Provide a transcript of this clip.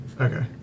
Okay